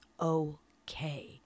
okay